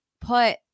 put